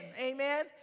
amen